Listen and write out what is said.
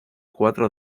cuatro